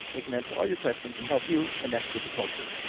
they can answer all your questions and help you connect with the culture.